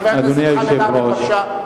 חבר הכנסת חמד עמאר, בבקשה.